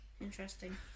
Interesting